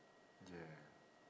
yeah